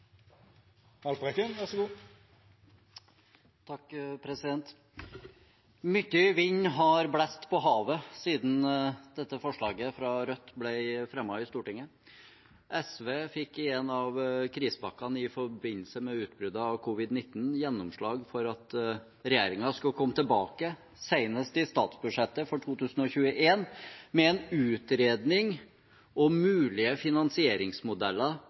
vind har blåst på havet siden dette forslaget fra Rødt ble fremmet i Stortinget. SV fikk i en av krisepakkene i forbindelse med utbruddet av covid-19 gjennomslag for at regjeringen skulle komme tilbake, senest i statsbudsjettet for 2021, med en utredning om mulige finansieringsmodeller